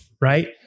right